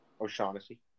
O'Shaughnessy